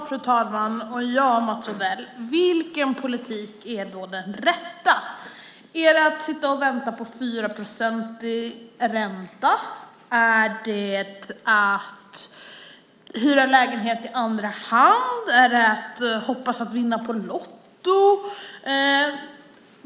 Fru talman! Vilken politik är då den rätta, Mats Odell? Handlar det om att sitta och vänta på en 4-procentig ränta? Handlar det om att hyra lägenhet i andra hand? Handlar det om att hoppas att man ska vinna på Lotto?